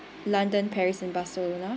london paris and barcelona